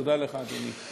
תודה לך, אדוני.